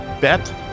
bet